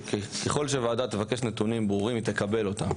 ככל שהוועדה תבקש נתונם ברורים היא תקבל אותם.